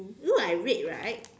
look like red right